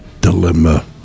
dilemma